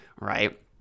right